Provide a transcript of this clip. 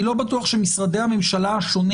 אני לא בטוח שמשרדי הממשלה השונים